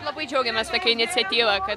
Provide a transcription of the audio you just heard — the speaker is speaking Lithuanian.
labai džiaugiamės tokia iniciatyva kad